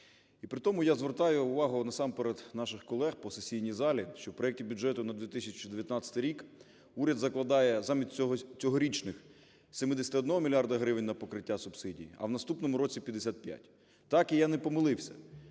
при тому я звертаю увагу насамперед наших колег по сесійній залі, що в проекті бюджету на 2019 рік уряд закладає замість цьогорічних 71 мільярда гривень на покриття субсидій, а в наступному році 55. Так, я не помилився.